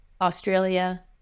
Australia